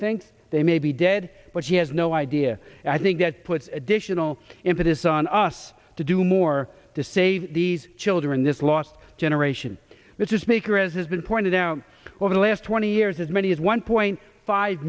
thinks they may be dead but she has no idea i think that puts additional impetus on us to do more to save these children this last generation mr speaker as has been pointed out over the last twenty years as many as one point five